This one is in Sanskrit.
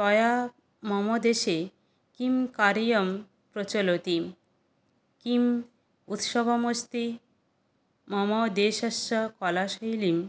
तया मम देशे किं कार्यं प्रचलति किं उत्सवं अस्ति मम देशस्य कलाशैलीम्